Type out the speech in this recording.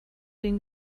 den